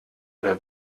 oder